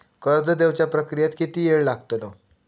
कर्ज देवच्या प्रक्रियेत किती येळ लागतलो?